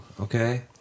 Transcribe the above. Okay